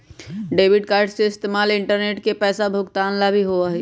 debit card के इस्तेमाल internet से पैसा भुगतान ला भी होबा हई